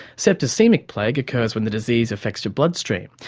septicaemic plague occurs when the disease affects your bloodstream.